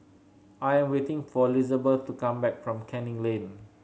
I'm waiting for Lizabeth to come back from Canning Lane